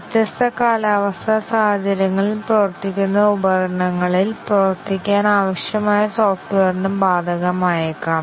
വ്യത്യസ്ത കാലാവസ്ഥാ സാഹചര്യങ്ങളിൽ പ്രവർത്തിക്കുന്ന ഉപകരണങ്ങളിൽ പ്രവർത്തിക്കാൻ ആവശ്യമായ സോഫ്റ്റ്വെയറിന് ബാധകമായേക്കാം